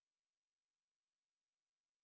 he is like always is the